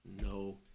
No